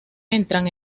entran